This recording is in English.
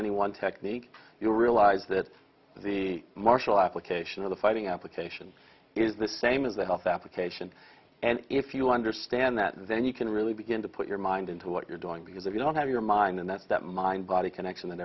any one technique you'll realize that the martial application of the fighting application is the same as the health application and if you understand that then you can really begin to put your mind into what you're doing because if you don't have your mind and that's that mind body connection tha